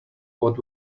what